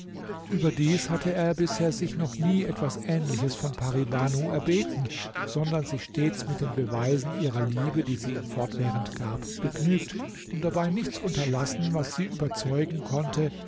überdies hatte er bisher sich noch nie etwas ähnliches von pari banu erbeten sondern sich stets mit den beweisen ihrer liebe die sie ihm fortwährend gab begnügt und dabei nichts unterlassen was sie überzeugen konnte